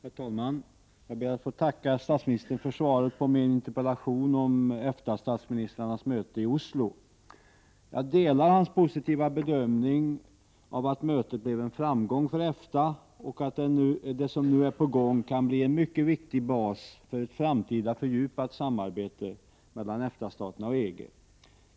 Herr talman! Jag ber att få tacka statsministern för svaret på min interpellation om EFTA-statsministrarnas möte i Oslo. Jag delar hans positiva bedömning att mötet blev en framgång för EFTA och att det som är på gång kan bli en mycket viktig bas för ett framtida fördjupat samarbete mellan EFTA-staterna och EG.